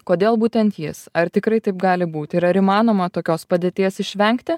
kodėl būtent jis ar tikrai taip gali būti ir ar įmanoma tokios padėties išvengti